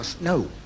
no